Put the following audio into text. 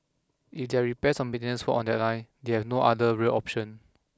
if there repairs or maintenance work on that line they have no other rail option